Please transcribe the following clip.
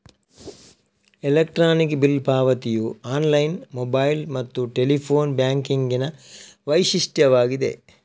electronic bill ಪಾವತಿಯು online, mobile ಮತ್ತು telephone ಬ್ಯಾಂಕಿಂಗಿನ ವೈಶಿಷ್ಟ್ಯವಾಗಿದೆ